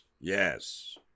Yes